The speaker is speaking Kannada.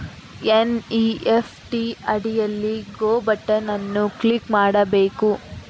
ಎನ್.ಇ.ಎಫ್.ಟಿ ಅಡಿಯಲ್ಲಿ ಗೋ ಬಟನ್ ಅನ್ನು ಕ್ಲಿಕ್ ಮಾಡಬೇಕು